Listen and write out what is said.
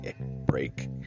break